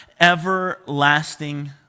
everlasting